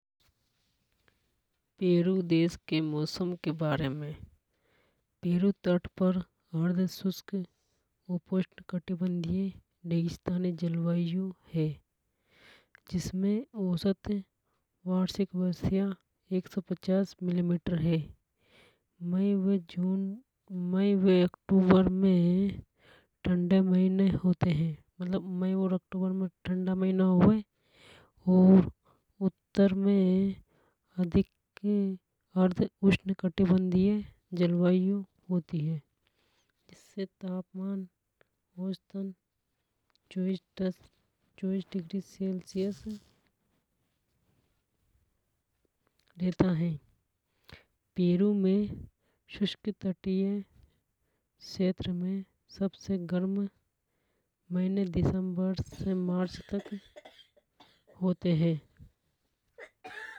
पेरू देश के मौसम के बारे में पेरू तट पर अर्दशुष्क उपोष्ण कटिबंधीय रेगिस्तानी जलवायु है। जिसमें औसत वार्षिक वर्षा एकसौपचास मिलीमीटर हे मई व जून मई व अक्टूबर में ठंडे महीने होते है। मतलब मई व अक्टूबर में ठंडा महीना होवे और उत्तर में अधिक अर्द्धउष्णकटिबंधीय जलवायु होती है। जिससे तापमान औसतन चॉइस डिग्री सेल्सियस रहता है। पेरू में शुष्क तटीय क्षेत्रों में सबसे गर्म महीने दिसंबर से मार्च तक होते है।